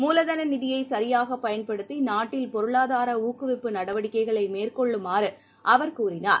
மூலதனநிதியைசரியாகப் பயன்படுத்திநாட்டில் பொருளாதாரஊக்குவிப்பு நடவடிக்கைகளைமேற்கொள்ளுமாறுஅவர் கூறினார்